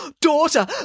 Daughter